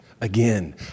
again